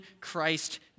Christ